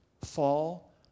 Fall